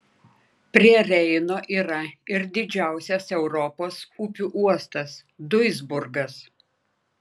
prie reino yra ir didžiausias europos upių uostas duisburgas